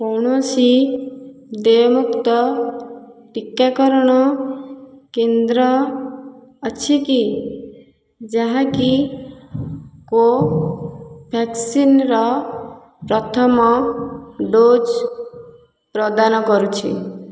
କୌଣସି ଦେୟମୁକ୍ତ ଟୀକାକରଣ କେନ୍ଦ୍ର ଅଛି କି ଯାହାକି କୋଭ୍ୟାକ୍ସିନ୍ର ପ୍ରଥମ ଡୋଜ୍ ପ୍ରଦାନ କରୁଛି